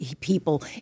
People